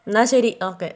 എന്നാ ശരി ഓക്കെ